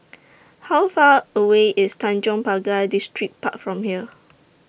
How Far away IS Tanjong Pagar Distripark from here